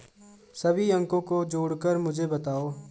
सभी अंकों को जोड़कर मुझे बताओ